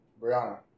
Brianna